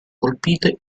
colpite